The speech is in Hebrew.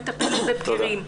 מטפלת בבגירים.